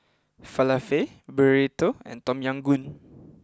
Falafel Burrito and Tom Yam Goong